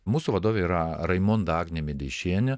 mūsų vadovė yra raimonda agnė medeišienė